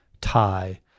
tie